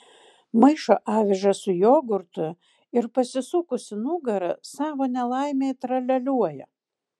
maišo avižas su jogurtu ir pasisukusi nugara savo nelaimei tralialiuoja